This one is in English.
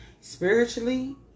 spiritually